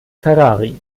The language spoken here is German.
ferrari